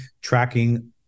tracking